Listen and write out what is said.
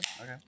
okay